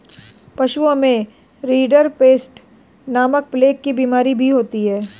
पशुओं में रिंडरपेस्ट नामक प्लेग की बिमारी भी होती है